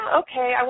okay